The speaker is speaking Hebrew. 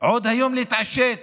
עוד היום להתעשת